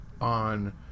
on